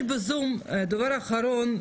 יש בזום דובר אחרון,